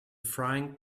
frying